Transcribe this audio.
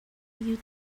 you